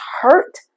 hurt